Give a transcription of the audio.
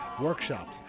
workshops